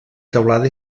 teulada